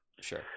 Sure